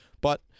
but-